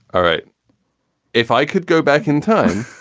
all right if i could go back in time,